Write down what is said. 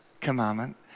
commandment